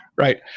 Right